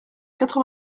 quatre